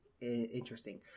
interesting